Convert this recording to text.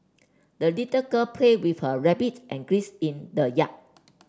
the little girl played with her rabbit and grace in the yard